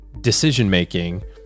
decision-making